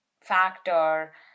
factor